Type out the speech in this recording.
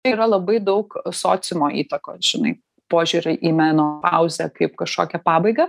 yra labai daug sociumo įtakos žinai požiūrio į menopauzę kaip kažkokią pabaigą